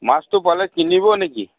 মাছটো পালে কিনিব নিকি